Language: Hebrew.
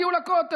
הגיעו לכותל,